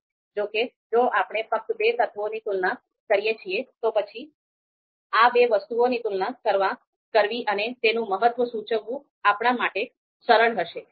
જો કે જો આપણે ફક્ત બે તત્વોની તુલના કરીએ છીએ તો પછી આ બે વસ્તુઓની તુલના કરવી અને તેનું મહત્વ સૂચવવું આપણા માટે સરળ હશે